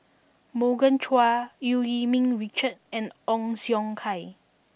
Morgan Chua Eu Yee Ming Richard and Ong Siong Kai